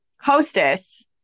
hostess